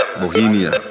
Bohemia